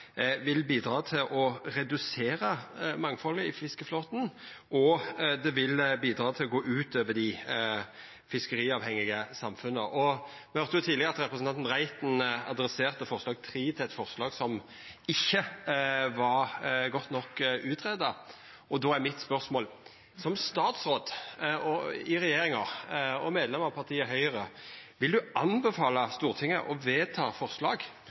vil bidra til å redusera mangfaldet i fiskeflåten og gå ut over dei fiskeriavhengige samfunna. Me høyrde jo tidlegare at representanten Reiten omtalte forslag III som eit forslag som ikkje var godt nok greidd ut, og då er mitt spørsmål: Vil statsråden, som statsråd i regjeringa og medlem av partiet Høgre, anbefala Stortinget å vedta forslag